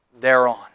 thereon